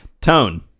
tone